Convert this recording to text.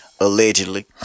Allegedly